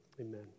Amen